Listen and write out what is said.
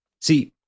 See